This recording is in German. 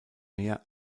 mehr